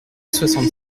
soixante